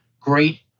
great